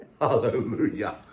Hallelujah